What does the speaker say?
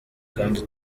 kandi